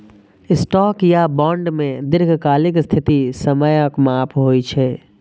stock या bond मे दीर्घकालिक स्थिति समयक माप होइ छै